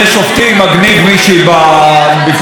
אבל גם המדינה מגניבה.